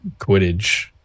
Quidditch